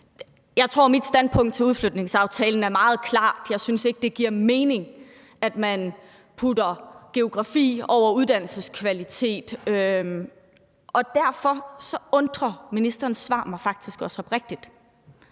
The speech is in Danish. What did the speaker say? Jeg tror, at mit standpunkt i forhold til udflytningsaftalen er meget klart. Jeg synes ikke, det giver mening, at man sætter geografi over uddannelseskvalitet, og derfor undrer ministerens svar mig faktisk også oprigtigt.